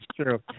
true